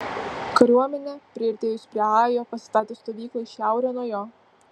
kariuomenė priartėjus prie ajo pasistatė stovyklą į šiaurę nuo jo